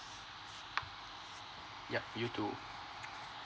yup you too